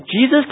Jesus